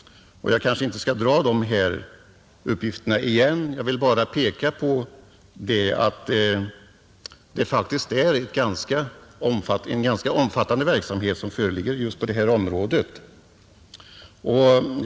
Jag kanske inte skall dra dessa uppgifter igen. Jag vill bara påpeka att det förekommer en ganska omfattande verksamhet på detta område.